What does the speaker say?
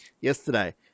yesterday